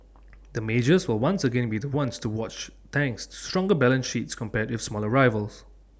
the majors will once again be the ones to watch thanks to stronger balance sheets compared with smaller rivals